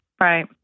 Right